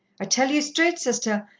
i tell ye straight, sister,